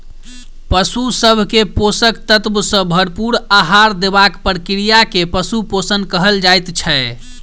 पशु सभ के पोषक तत्व सॅ भरपूर आहार देबाक प्रक्रिया के पशु पोषण कहल जाइत छै